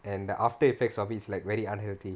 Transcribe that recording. and the after effects of it is like very unhealthy